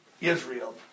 Israel